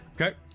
Okay